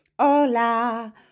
hola